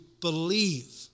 believe